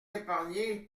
épargné